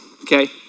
Okay